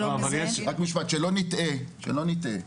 שלא נטעה,